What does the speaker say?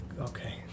Okay